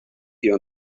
here